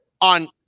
on